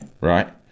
right